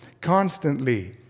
constantly